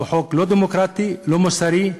הוא לא דמוקרטי, לא מוסרי,